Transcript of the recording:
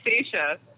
Stacia